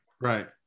Right